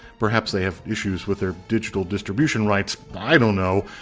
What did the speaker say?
perhaps they have issues with their digital distribution rights? i don't know.